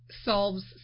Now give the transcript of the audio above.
solves